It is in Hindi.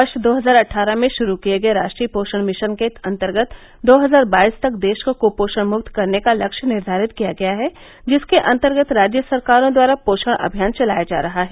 वर्ष दो हजार अट्ठारह में शुरू किये गये राष्ट्रीय पोषण मिशन के अन्तर्गत दो हजार बाईस तक देश को कुपोषण मुक्त करने का लक्ष्य निर्धारित किया गया है जिसके अन्तर्गत राज्य सरकारों द्वारा पोषण अभियान चलाया जा रहा है